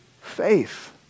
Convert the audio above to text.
faith